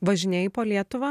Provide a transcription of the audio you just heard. važinėji po lietuvą